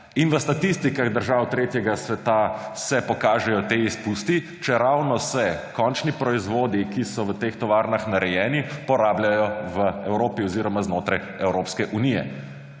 In v statistikah držav tretjega sveta se pokažejo ti izpusti, čeravno se končni proizvodi, ki so v teh tovarnah narejeni, porabljajo v Evropi oziroma znotraj Evropske unije.